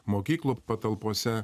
mokyklų patalpose